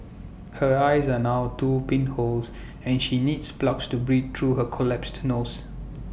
her eyes are now two pinholes and she needs plugs to breathe through her collapsed nose